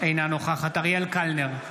אינה נוכחת אריאל קלנר,